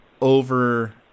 over